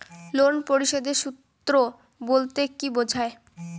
Loan পরিশোধের সূএ বলতে কি বোঝায়?